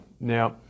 Now